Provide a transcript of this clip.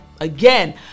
Again